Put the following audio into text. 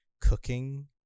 cooking